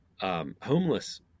Homeless